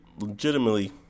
legitimately